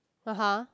(uh huh)